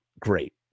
Great